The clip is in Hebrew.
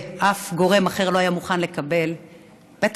ואף גורם אחר לא היה מוכן לקבל ובטח